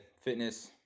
fitness